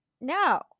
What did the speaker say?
no